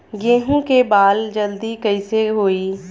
गेहूँ के बाल जल्दी कईसे होई?